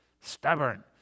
Stubborn